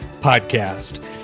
Podcast